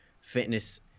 fitness